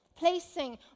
Placing